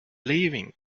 leaving